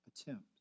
attempt